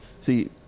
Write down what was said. See